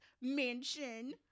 mansion